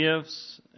gifts